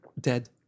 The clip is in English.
dead